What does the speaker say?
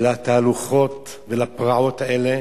לתהלוכות ולפרעות האלה